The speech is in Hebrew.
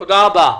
תודה רבה.